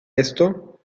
esto